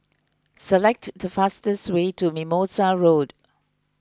select the fastest way to Mimosa Road